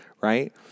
right